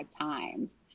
times